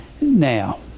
Now